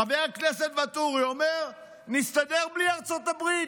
חבר הכנסת ואטורי אומר: נסתדר בלי ארצות הברית.